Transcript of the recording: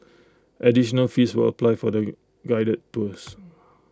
additional fees will apply for the guided tours